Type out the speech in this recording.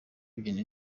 babyina